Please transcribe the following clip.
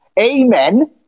Amen